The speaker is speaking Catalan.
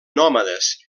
nòmades